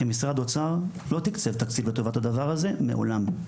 כמשרד אוצר לא תקצבה תקציב לטובת הדבר הזה מעולם.